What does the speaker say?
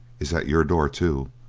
is at your door too,